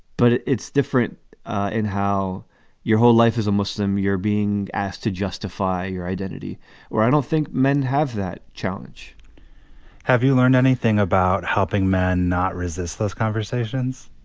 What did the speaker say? but it's different in how your whole life as a muslim, you're being asked to justify your identity or i don't think men have that challenge have you learned anything about helping men not resist those conversations?